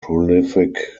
prolific